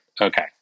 Okay